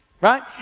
right